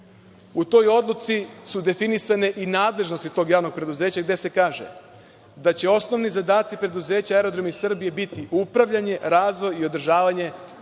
U toj odluci su definisane i nadležnosti tog javnog preduzeća, gde se kaže – da će osnovni zadatak preduzeća Aerodromi Srbije biti upravljanje, razvoj i održavanje